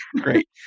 great